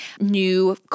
new